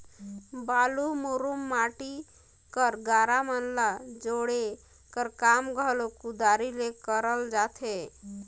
बालू, मुरूम, माटी कर गारा मन ल जोड़े कर काम घलो कुदारी ले करल जाथे